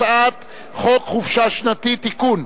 הצעת חוק חופשה שנתית (תיקון,